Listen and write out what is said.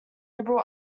liberal